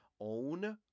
Own